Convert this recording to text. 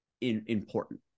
important